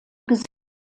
gesellschaft